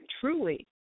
truly